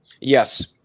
Yes